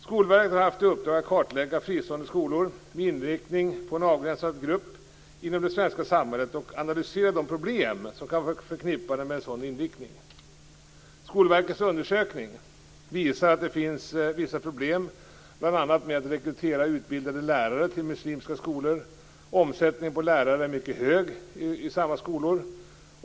Skolverket har haft i uppdrag att kartlägga fristående skolor med inriktning mot en avgränsad grupp inom det svenska samhället och analysera de problem som kan vara förknippade med en sådan inriktning. Skolverkets undersökning visar att det finns vissa problem bl.a. med att rekrytera utbildade lärare till muslimska skolor. Omsättningen på lärare är mycket hög i dessa skolor.